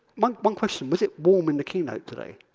one one question, was it warm in the keynote today?